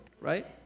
right